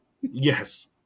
Yes